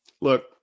look